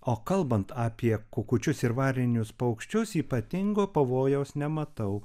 o kalbant apie kukučius ir varninius paukščius ypatingo pavojaus nematau